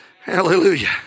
Hallelujah